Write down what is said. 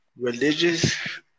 religious